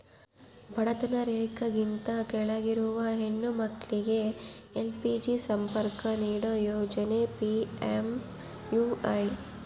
ಬಡತನ ರೇಖೆಗಿಂತ ಕೆಳಗಿರುವ ಹೆಣ್ಣು ಮಕ್ಳಿಗೆ ಎಲ್.ಪಿ.ಜಿ ಸಂಪರ್ಕ ನೀಡೋ ಯೋಜನೆ ಪಿ.ಎಂ.ಯು.ವೈ